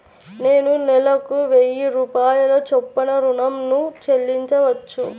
నేను నెలకు వెయ్యి రూపాయల చొప్పున ఋణం ను చెల్లించవచ్చా?